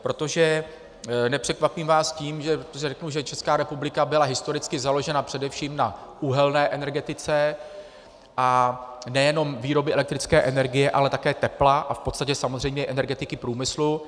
Protože nepřekvapím vás tím, že řeknu, že Česká republika byla historicky založena především na uhelné energetice, a nejenom výrobě elektrické energie, ale také tepla a v podstatě samozřejmě energetiky průmyslu.